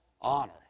honor